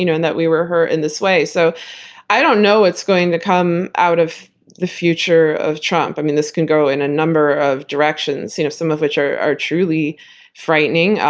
you know and that we were hurt in this way. so i don't know it's going to come out of the future of trump. i mean, this can go in a number of directions, some of which are are truly frightening,